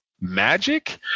magic